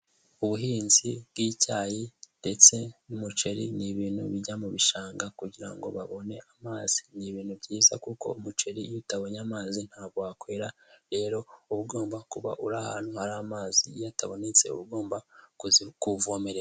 Ubuhinzi bw'icyayi ndetse n'umuceri ni ibintu bijya mu bishanga kugira ngo babone amazi, ni ibintu byiza kuko umuceri iyo utabonye amazi ntabwo wakwera rero uba ugomba kuba uri ahantu hari amazi, iyo atabonetse uba ugomba kuwuvomerera.